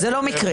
זה לא מקרי.